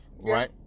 right